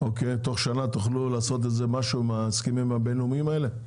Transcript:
תוך שנה תוכלו לעשות משהו מההסכמים הבין-לאומיים האלה,